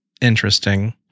interesting